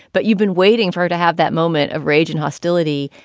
but you've been waiting for her to have that moment of rage and hostility.